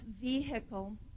vehicle